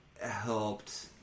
helped